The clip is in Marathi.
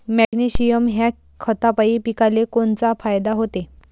मॅग्नेशयम ह्या खतापायी पिकाले कोनचा फायदा होते?